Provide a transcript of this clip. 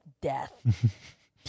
death